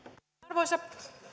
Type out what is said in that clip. arvoisa